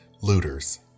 looters